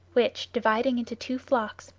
which, dividing into two flocks,